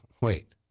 wait